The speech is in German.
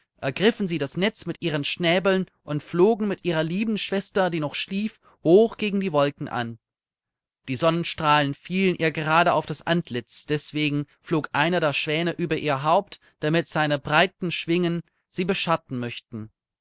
ergriffen sie das netz mit ihren schnäbeln und flogen mit ihrer lieben schwester die noch schlief hoch gegen die wolken an die sonnenstrahlen fielen ihr gerade auf das antlitz deswegen flog einer der schwäne über ihr haupt damit seine breiten schwingen sie beschatten möchten